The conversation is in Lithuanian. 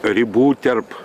ribų tarp